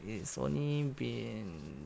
it's only been